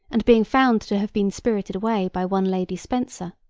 and being found to have been spirited away by one lady spencer,